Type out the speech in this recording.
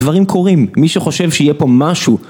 דברים קורים, מי שחושב שיהיה פה משהו